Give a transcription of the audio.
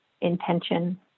intention